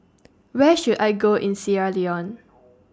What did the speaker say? Where should I Go in Sierra Leone